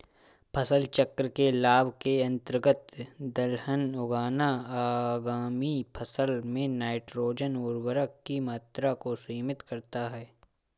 फसल चक्र के लाभ के अंतर्गत दलहन उगाना आगामी फसल में नाइट्रोजन उर्वरक की मात्रा को सीमित करता है